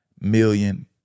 million